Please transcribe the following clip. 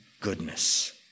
goodness